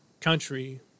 country